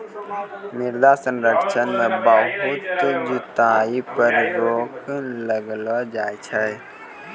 मृदा संरक्षण मे बहुत जुताई पर रोक लगैलो जाय छै